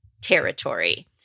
territory